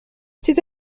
چیز